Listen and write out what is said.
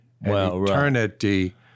eternity